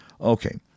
Okay